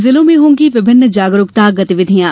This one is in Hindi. जिलों में होंगी विभिन्न जागरूकता गतिविधियां